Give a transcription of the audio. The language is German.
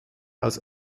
aus